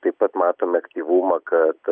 taip pat matome aktyvumą kad